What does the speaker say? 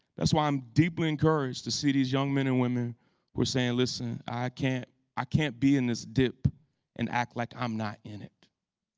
that's why i'm deeply encouraged to see these young men and women who are saying listen, i can't i can't be in this dip and act like i'm not in it.